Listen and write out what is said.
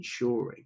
ensuring